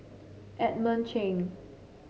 Edmund Cheng